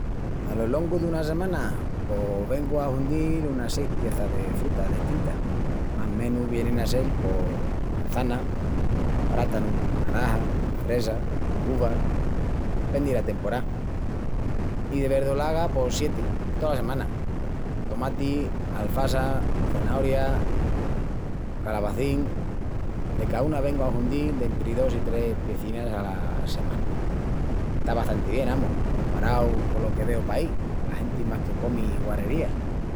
Alo longu duna semana pos vengu a hundíl unas seis pieças de frutas destintas i más menus vienin a sel pos mançanas, prátanus, naranjas, fresas, uvas, pendi la temporá. I de verdolaga pos sieti, tola semana: tomati, alfasa, cenoria, calabacín, de caúna vengu a hundíl dentri dos i tres piecinas ala semana. Está bastanti bien, amus, comparau colo que veu paí, que la genti más que comi guarrerías.